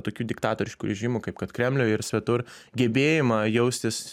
tokių diktatoriškų režimų kaip kad kremliuj ir svetur gebėjimą jaustis